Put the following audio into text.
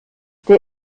der